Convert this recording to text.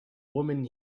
woman